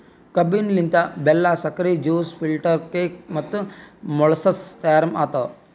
ಕಬ್ಬಿನ ಲಿಂತ್ ಬೆಲ್ಲಾ, ಸಕ್ರಿ, ಜ್ಯೂಸ್, ಫಿಲ್ಟರ್ ಕೇಕ್ ಮತ್ತ ಮೊಳಸಸ್ ತೈಯಾರ್ ಆತವ್